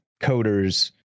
coders